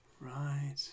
right